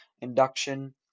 induction